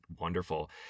wonderful